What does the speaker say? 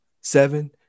seven